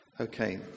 Okay